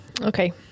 Okay